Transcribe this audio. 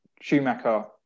Schumacher